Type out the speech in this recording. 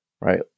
right